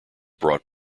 brought